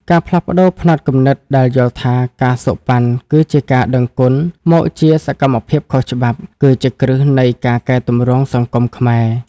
ការផ្លាស់ប្តូរផ្នត់គំនិតដែលយល់ថា ការសូកប៉ាន់ គឺជា "ការដឹងគុណ" មកជា "សកម្មភាពខុសច្បាប់" គឺជាគ្រឹះនៃការកែទម្រង់សង្គមខ្មែរ។